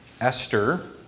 Esther